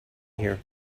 here